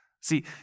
See